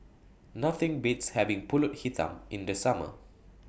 Nothing Beats having Pulut Hitam in The Summer